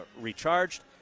recharged